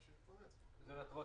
אבל שתדע,